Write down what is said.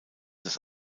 das